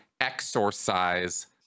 exorcise